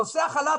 נושא החל"ת,